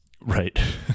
Right